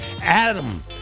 Adam